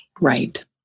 Right